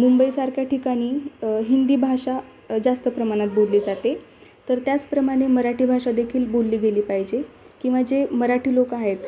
मुंबईसारख्या ठिकाणी हिंदी भाषा जास्त प्रमाणात बोलली जाते तर त्याचप्रमाणे मराठी भाषादेखील बोलली गेली पाहिजे किंवा जे मराठी लोकं आहेत